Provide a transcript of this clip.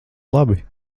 labi